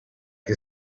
que